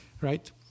right